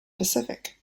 pacific